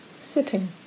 sitting